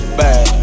bad